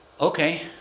Okay